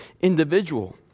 individual